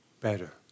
Better